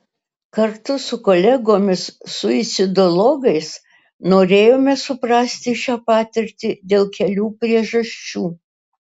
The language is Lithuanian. kartu su kolegomis suicidologais norėjome suprasti šią patirtį dėl kelių priežasčių